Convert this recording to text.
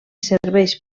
serveix